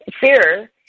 fear